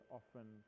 often